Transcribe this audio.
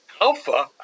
Alpha